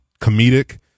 comedic